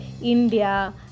India